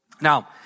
Now